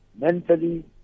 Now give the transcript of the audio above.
mentally